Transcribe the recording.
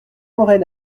morel